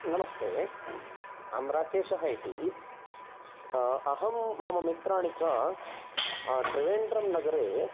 नमस्ते अहं राकेशः इति अहं मम मित्राणि च त्रिवेण्ड्रं नगरे